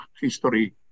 history